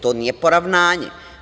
To nije poravnanje.